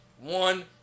one